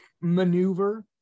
maneuver